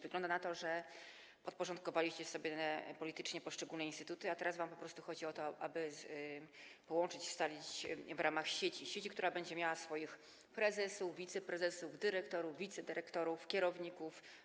Wygląda na to, że podporządkowaliście sobie politycznie poszczególne instytuty, a teraz chodzi wam po prostu o to, aby je połączyć, scalić w ramach sieci, która będzie miała swoich prezesów, wiceprezesów, dyrektorów, wicedyrektorów, kierowników.